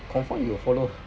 confirm you will follow